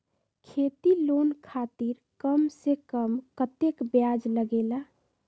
खेती लोन खातीर कम से कम कतेक ब्याज लगेला?